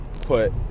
put